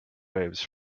wave